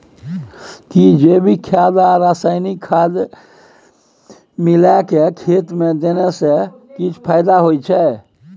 कि जैविक खाद आ रसायनिक खाद मिलाके खेत मे देने से किछ फायदा होय छै?